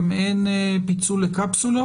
גם אין פיצול לקפסולות,